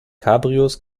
cabrios